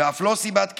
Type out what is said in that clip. ואף לא סיבת קיום.